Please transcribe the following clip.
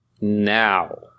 now